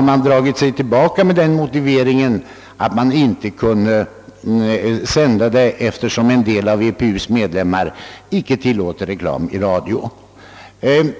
Man har dragit sig tillbaka med den motiveringen att man inte kunde sända VM eftersom en del av EBU:s medlemmar icke tillåter reklam i radio och TV.